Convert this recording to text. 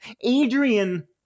Adrian